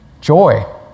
joy